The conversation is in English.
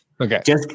Okay